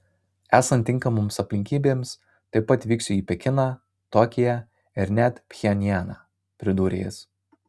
esant tinkamoms aplinkybėms taip pat vyksiu į pekiną tokiją ir net pchenjaną pridūrė jis